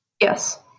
Yes